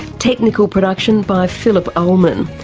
technical production by phillip ulman.